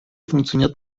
funktioniert